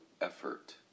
effort